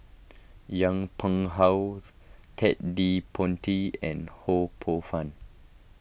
Yong Pung How Ted De Ponti and Ho Poh Fun